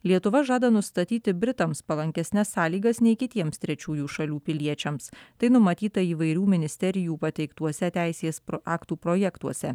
lietuva žada nustatyti britams palankesnes sąlygas nei kitiems trečiųjų šalių piliečiams tai numatyta įvairių ministerijų pateiktuose teisės aktų projektuose